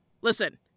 Listen